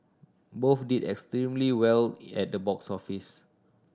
both did extremely well at the box office